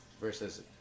versus